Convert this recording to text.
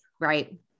Right